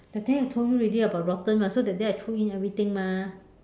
that day I told you already about rotten lah so that day I throw in everything mah